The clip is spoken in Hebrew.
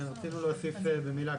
כן, רצינו להוסיף במילה.